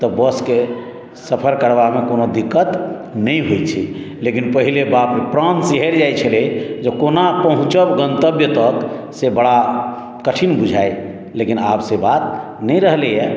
तऽ बस के सफर करबा मे कोनो दिक्कत नहि होइ छै लेकिन पहिले बाप रे प्राण सिहरि जाइत छलै जे कोना पहुँचब गंतव्य तक से बरा कठिन बुझाइ लेकिन आब से बात नहि रहलैया